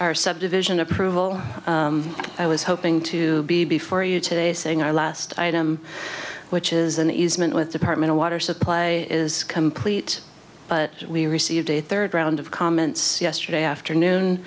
our subdivision approval i was hoping to be before you today saying our last item which is an easement with department of water supply is complete but we received a third round of comments yesterday afternoon